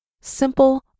Simple